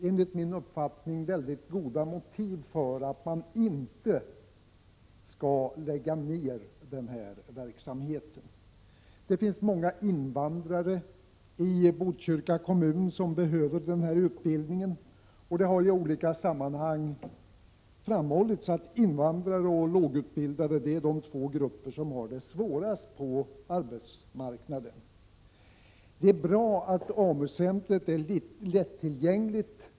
Enligt min uppfattning föreligger det väldigt goda motiv för att inte lägga ned verksamheten. Det finns t.ex. många invandrare i Botkyrka kommun som behöver den här utbildningen. Vidare har det i olika sammanhang framhållits att invandrare och lågutbildade utgör de två grupper som har det svårast på arbetsmarknaden. AMU-centret är dessutom lättillgängligt.